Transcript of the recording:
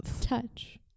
Touch